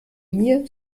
mir